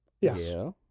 Yes